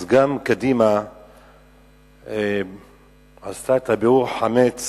אז גם קדימה עשתה את ביעור החמץ